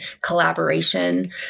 collaboration